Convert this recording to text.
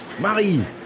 Marie